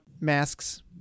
masks